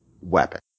weapon